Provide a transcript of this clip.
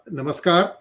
namaskar